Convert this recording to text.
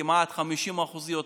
וכמעט 50% יותר,